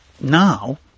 now